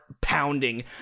pounding